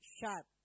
sharp